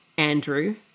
Andrew